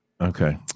Okay